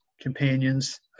companions